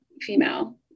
female